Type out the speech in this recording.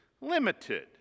limited